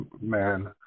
Man